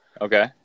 Okay